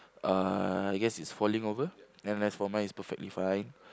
uh I guess it's falling over and as for mine it's perfectly fine